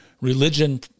Religion